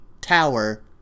tower